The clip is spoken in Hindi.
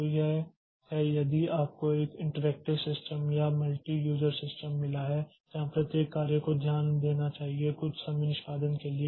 तो यह है यदि आपको एक इंटरैक्टिव सिस्टम या एक मल्टी यूज़र सिस्टम मिला है जहां प्रत्येक कार्य पर ध्यान देना चाहिए कुछ समय निष्पादन के लिए